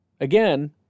Again